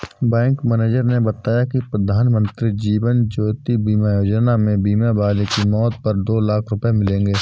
bank manager ने बताया कि प्रधानमंत्री जीवन ज्योति बीमा योजना में बीमा वाले की मौत पर दो लाख रूपये मिलेंगे